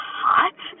hot